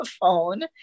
phone